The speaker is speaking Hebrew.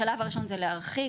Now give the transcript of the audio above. בשלב הראשון זה להרחיק,